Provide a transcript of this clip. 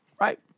Right